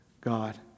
God